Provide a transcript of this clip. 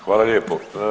Hvala lijepo.